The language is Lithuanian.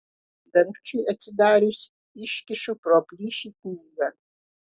dangčiui atsidarius iškišu pro plyšį knygą